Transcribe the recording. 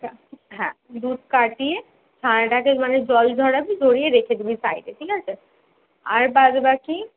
তা হ্যাঁ দুধ কাটিয়ে ছানাটাকে মানে জল ঝরাবি ঝরিয়ে রেখে দিবি সাইডে ঠিক আছে আর বাদবাকি